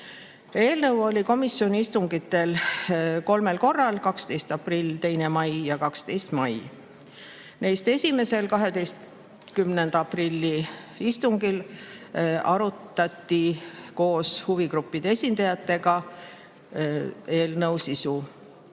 Eelnõu oli komisjoni istungitel arutusel kolmel korral: 12. aprillil, 2. mail ja 12. mail. Neist esimesel, 12. aprilli istungil arutati koos huvigruppide esindajatega eelnõu sisu.